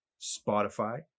Spotify